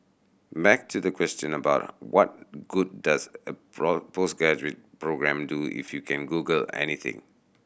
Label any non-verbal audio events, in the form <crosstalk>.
back to the question about what good does a <unintelligible> postgraduate programme do if you can Google anything